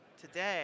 today